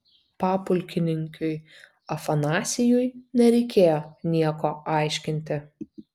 papulkininkiui afanasijui nereikėjo nieko aiškinti